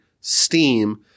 steam